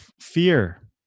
fear